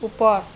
ওপৰ